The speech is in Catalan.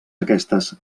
aquestes